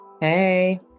Hey